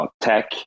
tech